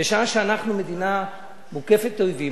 בשעה שאנחנו מדינה מוקפת אויבים,